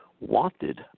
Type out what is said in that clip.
wanted